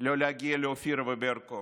לא להגיע לאופירה וברקו